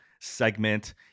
segment